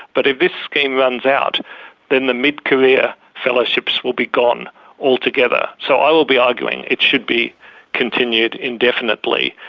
but if this scheme runs out then the mid-career fellowships will be gone altogether. so i will be arguing it should be continued indefinitely.